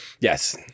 Yes